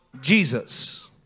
Jesus